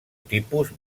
tipus